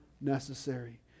necessary